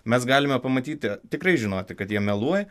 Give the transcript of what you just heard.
mes galime pamatyti tikrai žinoti kad jie meluoja